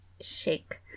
shake